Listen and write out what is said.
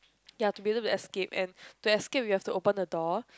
ya to be able to escape and to escape you so open the door